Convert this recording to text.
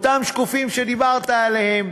אותם שקופים שדיברת עליהם.